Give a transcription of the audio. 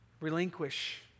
relinquish